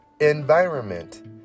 Environment